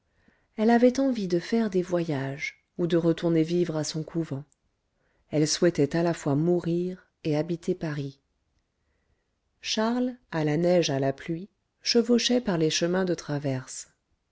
elle avait envie de faire des voyages ou de retourner vivre à son couvent elle souhaitait à la fois mourir et habiter paris charles à la neige à la pluie chevauchait par les chemins de traverse